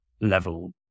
level